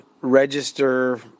register